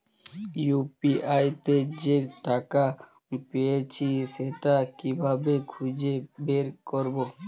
UPI তে যে টাকা পেয়েছি সেটা কিভাবে খুঁজে বের করবো?